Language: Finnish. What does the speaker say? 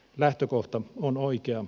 lähtökohta on oikea